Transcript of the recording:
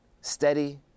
steady